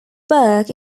burke